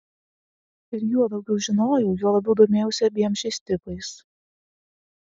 ir juo daugiau žinojau juo labiau domėjausi abiem šiais tipais